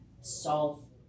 solve